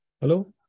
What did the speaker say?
Hello